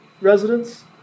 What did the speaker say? residents